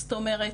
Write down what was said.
זאת אומרת,